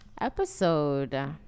episode